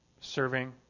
serving